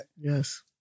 Yes